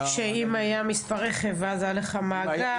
-- אם היה לך מספר רכב והיה לך מאגר.